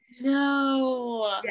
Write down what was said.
No